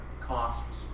costs